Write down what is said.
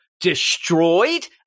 destroyed